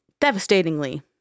devastatingly